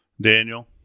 Daniel